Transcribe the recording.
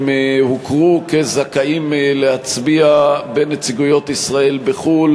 הם הוכרו כזכאים להצביע בנציגויות ישראל בחו"ל